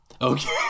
Okay